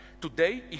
today